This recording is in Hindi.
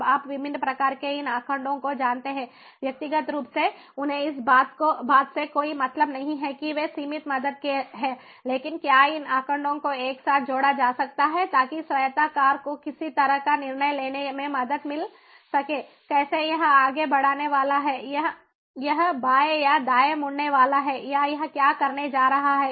अब आप विभिन्न प्रकार के इन आंकड़ों को जानते हैं व्यक्तिगत रूप से उन्हें इस बात से कोई मतलब नहीं है कि वे सीमित मदद के हैं लेकिन क्या इन आंकड़ों को एक साथ जोड़ा जा सकता है ताकि स्वायत्त कार को किसी तरह का निर्णय लेने में मदद मिल सके कैसे यह आगे बढ़ने वाला है या यह बाएं या दाएं मुड़ने वाला है या यह क्या करने जा रहा है